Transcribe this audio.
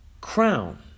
crown